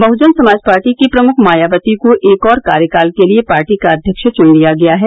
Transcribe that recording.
बहुजन Samaj Party की प्रमुख मायावती को एक और कार्यकाल के लिये पार्टी का अध्यक्ष चुन लिया गया है